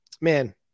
man